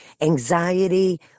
anxiety